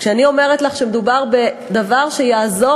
כשאני אומרת לך שמדובר בדבר שיעזור